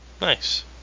Nice